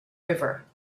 river